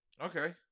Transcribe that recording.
okay